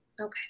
Okay